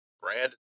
brand